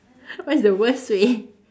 what is the worst way